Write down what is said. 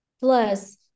plus